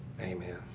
Amen